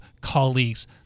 colleagues